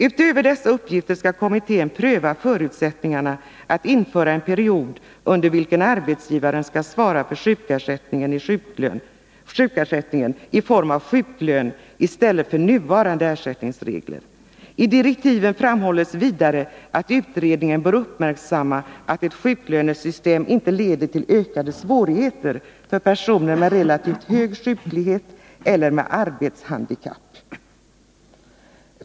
Utöver dessa uppgifter skall kommittén ”pröva förutsättningarna att införa en period under vilken arbetsgivaren skall svara för sjukersättningen, sjuklön, i stället för nuvarande ersättningsregler”. I direktiven framhålls vidare att utredningen ”bör uppmärksamma att ett sjuklönesystem inte leder till svårigheter för personer med relativt hög sjuklighet eller med arbetshandikapp att få arbete”.